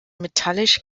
metallisch